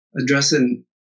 addressing